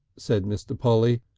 said mr. polly,